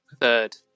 third